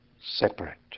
separate